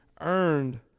earned